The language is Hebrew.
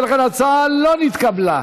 ולכן ההצעה לא נתקבלה.